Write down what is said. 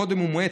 קודם הוא מאט,